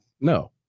no